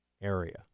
area